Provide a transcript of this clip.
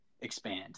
expand